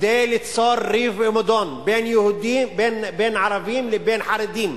כדי ליצור ריב ומדון בין ערבים לבין חרדים,